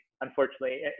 unfortunately